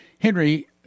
Henry